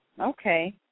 Okay